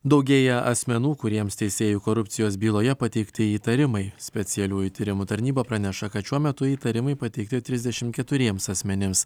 daugėja asmenų kuriems teisėjų korupcijos byloje pateikti įtarimai specialiųjų tyrimų tarnyba praneša kad šiuo metu įtarimai pateikti trisdešim keturiems asmenims